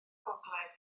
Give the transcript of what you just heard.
gogledd